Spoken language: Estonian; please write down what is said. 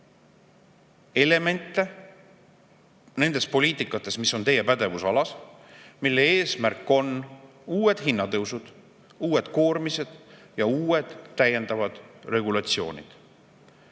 elemente nendes poliitikasuundades, mis on teie pädevusalas, mille eesmärk on uued hinnatõusud, uued koormised ja uued täiendavad regulatsioonid.